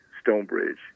Stonebridge